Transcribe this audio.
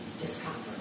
discomfort